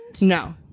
No